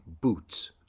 boots